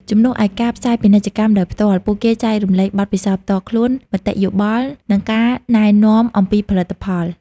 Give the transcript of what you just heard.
ជំនួសឱ្យការផ្សាយពាណិជ្ជកម្មដោយផ្ទាល់ ពួកគេចែករំលែកបទពិសោធន៍ផ្ទាល់ខ្លួន មតិយោបល់ និងការណែនាំអំពីផលិតផល។